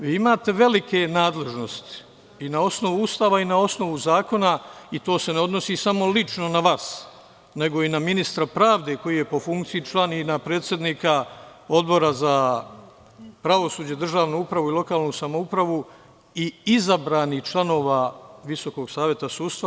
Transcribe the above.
Vi imate velike nadležnosti, i na osnovu Ustava i na osnovu Zakona, i to se ne odnosi samo lično na vas, nego i na ministra pravde, koji je po funkciji član predsednika Odbora za pravosuđe, državnu upravu i lokalnu samoupravu i izabranih članova Visokog saveta sudstva.